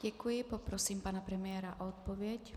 Děkuji, poprosím pana premiéra o odpověď.